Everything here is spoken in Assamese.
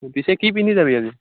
পিছে কি পিন্ধি যাবি আজি